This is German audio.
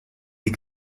die